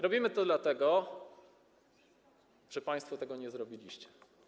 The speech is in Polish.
Robimy to dlatego, że państwo tego nie zrobiliście.